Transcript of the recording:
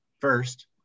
first